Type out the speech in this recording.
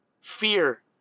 Fear